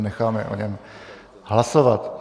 Necháme o něm hlasovat.